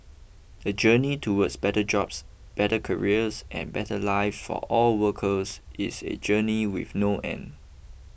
the journey towards better jobs better careers and better live for all workers is a journey with no end